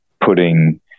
putting